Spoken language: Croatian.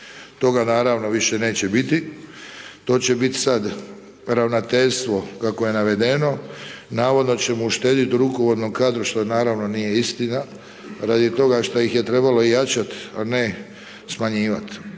Toga naravno više neće biti, to će biti sad Ravnateljstvo kako je navedeno, navodno ćemo uštediti u rukovodnom kadru što naravno nije istina, radi toga šta ih je trebalo jačati a ne smanjivati.